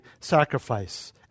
sacrifice